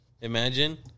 Imagine